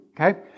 Okay